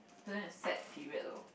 couldn't accept period though